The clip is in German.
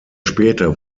später